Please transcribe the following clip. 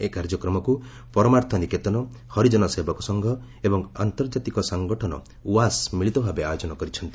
ଏହି କାର୍ଯ୍ୟକ୍ରମକୁ ପରମାର୍ଥ ନିକେତନ ହରିଜନ ସେବକ ସଂଘ ଏବଂ ଆନ୍ତର୍ଜାତିକ ସଂଗଠନ ୱାସ୍ ମିଳିତ ଭାବେ ଆୟୋଜନ କରିଛନ୍ତି